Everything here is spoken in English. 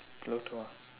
pluto